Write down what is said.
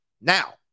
Now